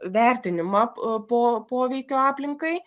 vertinimą po poveikio aplinkai